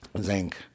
zinc